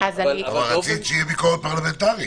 רצית שתהיה ביקורת פרלמנטרית.